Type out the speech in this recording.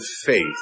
faith